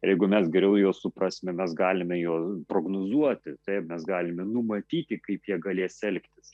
jeigu mes geriau juos suprasime mes galime juos prognozuoti taip mes galime numatyti kaip jie galės elgtis